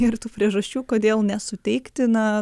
ir tų priežasčių kodėl nesuteikti na